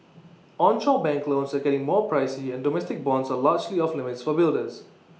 onshore bank loans are getting more pricey and domestic bonds are largely off limits for builders